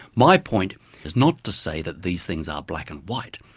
my point is not to say that these things are black and white.